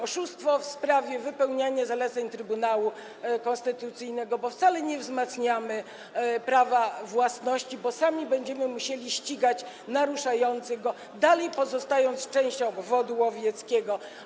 Oszustwo w sprawie wypełniania zaleceń Trybunału Konstytucyjnego, gdyż wcale nie wzmacniamy prawa własności, bo sami będziemy musieli ścigać naruszających je, dalej pozostają części obwodu łowieckiego.